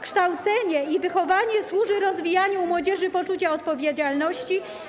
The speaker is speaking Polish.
Kształcenie i wychowanie służy rozwijaniu u młodzieży poczucia odpowiedzialności,